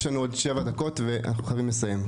יש לנו עוד שבע דקות ואנחנו חייבים לסיים.